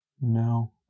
No